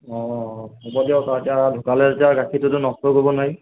অঁ হ'ব দিয়ক আৰু এতিয়া ঢুকালে যেতিয়া গাখীৰটোতো নষ্ট কৰিব নোৱাৰি